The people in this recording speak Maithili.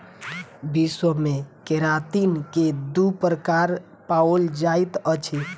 विश्व मे केरातिन के दू प्रकार पाओल जाइत अछि